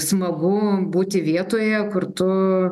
smagu būti vietoje kur tu